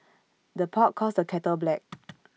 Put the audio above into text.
the pot calls the kettle black